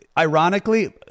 ironically